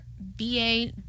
BA